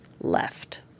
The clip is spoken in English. left